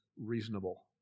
reasonable